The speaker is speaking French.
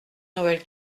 noël